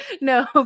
No